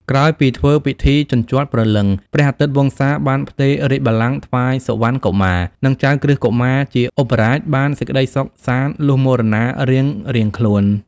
ក្រោយពីធ្វើពិធីជញ្ជាត់ព្រលឹង ព្រះអាទិត្យវង្សាបានផ្ទេររាជបល្ល័ង្កថ្វាយសុវណ្ណកុមារ និងចៅក្រឹស្នកុមារជាឧបរាជបានសេចក្តីសុខសាន្តលុះមរណារៀងៗខ្លួន។